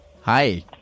Hi